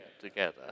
together